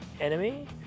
Enemy